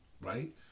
right